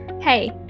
Hey